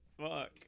Fuck